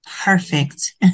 perfect